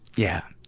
yeah,